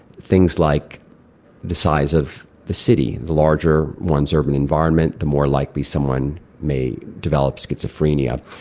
things like the size of the city the larger one's urban environment, the more likely someone may develop schizophrenia.